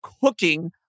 cooking